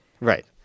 right